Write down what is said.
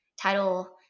title